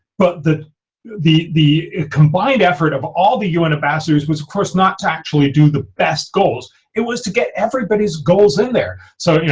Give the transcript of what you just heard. but the the the combined effort of all the un ambassadors was, of course, not to actually do the best goals it was to get everybody's goals in there. so, you know,